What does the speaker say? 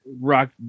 rock